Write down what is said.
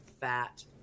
fat